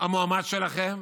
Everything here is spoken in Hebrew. המועמד שלכם,